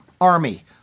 army